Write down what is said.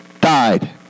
died